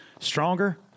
stronger